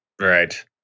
Right